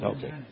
Okay